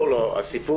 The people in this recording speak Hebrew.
אדוני,